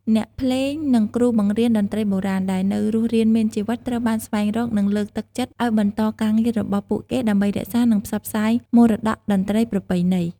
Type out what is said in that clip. អ្នកភ្លេង និងគ្រូបង្រៀនតន្ត្រីបុរាណ ដែលនៅរស់រានមានជីវិត ត្រូវបានស្វែងរក និងលើកទឹកចិត្តឱ្យបន្តការងាររបស់ពួកគេ ដើម្បីរក្សា និងផ្សព្វផ្សាយមរតកតន្ត្រីប្រពៃណី។